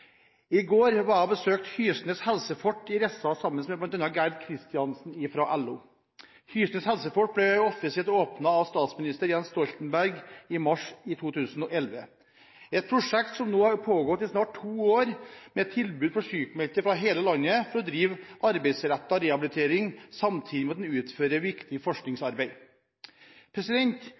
I går besøkte jeg Hysnes Helsefort i Rissa sammen med bl.a. Gerd Kristiansen fra LO. Hysnes Helsefort ble offisielt åpnet av statsminister Jens Stoltenberg i mars 2011. Det er et prosjekt som nå har pågått i snart to år, med tilbud til sykemeldte fra hele landet om å drive arbeidsrettet rehabilitering samtidig med at man utfører viktig forskningsarbeid.